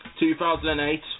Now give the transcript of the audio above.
2008